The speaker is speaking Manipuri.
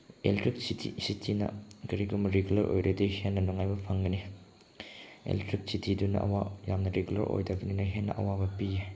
ꯑꯦꯂꯦꯛꯇ꯭ꯔꯤꯁꯤꯇꯤꯅ ꯀꯔꯤꯒꯨꯝꯕ ꯔꯤꯒꯨꯂꯔ ꯑꯣꯏꯔꯗꯤ ꯍꯦꯟꯅ ꯅꯨꯡꯉꯥꯏꯕ ꯐꯪꯒꯅꯤ ꯑꯦꯂꯦꯛꯇ꯭ꯔꯤꯁꯤꯇꯤꯗꯨꯅ ꯑꯋꯥ ꯌꯥꯝꯅ ꯔꯤꯒꯨꯂꯔ ꯑꯣꯏꯗꯕꯅꯤꯅ ꯍꯦꯟꯅ ꯑꯋꯥꯕ ꯄꯤꯌꯦ